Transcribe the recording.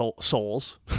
souls